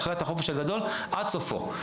מתחילת החופש הגדול ועד סופו.